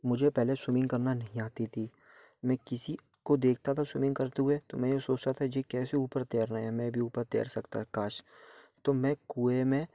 मुझे पहले स्विमिंग करना नहीं आती थी मैं किसी को देखता था स्विमिंग करते हुए तो मै ये सोचता था ये कैसे ऊपर तैर रहे हैं मैं भी ऊपर तैर सकता काश तो मैं कुएं में